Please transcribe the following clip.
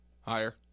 Higher